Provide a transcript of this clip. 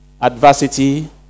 adversity